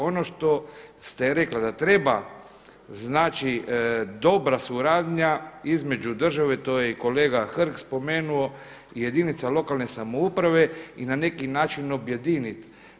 Ono što ste rekla da treba dobra suradnja između države, to je i kolega Hrg spomenuo, jedinica lokalne samouprave i na neki način objediniti.